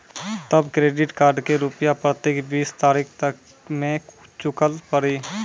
तब credit card के रूपिया प्रतीक बीस तारीख तक मे चुकल पड़ी?